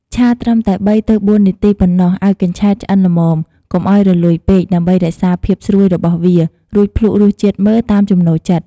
ឆាត្រឹមតែ ៣ទៅ៤ នាទីប៉ុណ្ណោះ ឲ្យកញ្ឆែតឆ្អិនល្មម កុំឲ្យរលួយពេក ដើម្បីរក្សាភាពស្រួយរបស់វា រួចភ្លក់រសជាតិមើលតាមចំណូលចិត្ត។